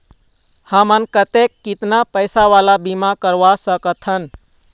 हमन कतेक कितना पैसा वाला बीमा करवा सकथन?